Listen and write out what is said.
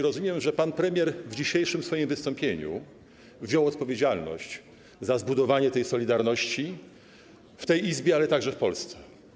Rozumiem, że pan premier w dzisiejszym wystąpieniu wziął odpowiedzialność za zbudowanie solidarności w tej Izbie, ale także w Polsce.